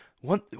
one